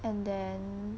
and then